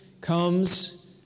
comes